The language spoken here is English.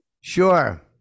Sure